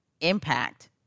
impact